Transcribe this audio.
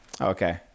Okay